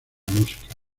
música